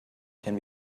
can